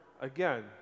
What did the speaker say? again